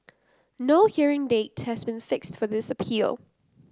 no hearing date has been fixed for this appeal